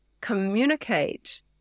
communicate